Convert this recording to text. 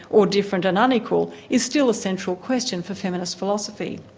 or different and unequal, is still a central question for feminist philosophy.